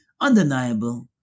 Undeniable